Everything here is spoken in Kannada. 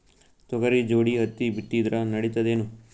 ತೊಗರಿ ಜೋಡಿ ಹತ್ತಿ ಬಿತ್ತಿದ್ರ ನಡಿತದೇನು?